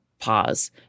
pause